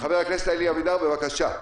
חבר הכנסת אלי אבידר, בבקשה.